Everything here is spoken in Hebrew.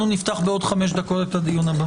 בעוד חמש דקות נפתח את הדיון הבא.